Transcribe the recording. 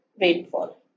rainfall